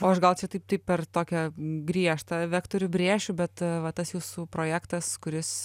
o aš gal čia taip taip per tokią griežtą vektorių brėšiu bet va tas jūsų projektas kuris